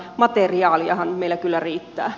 materiaaliahan meillä kyllä riittää